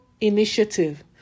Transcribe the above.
initiative